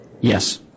Yes